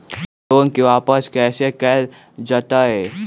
Loan के वापस कैसे कैल जतय?